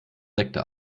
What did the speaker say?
sekte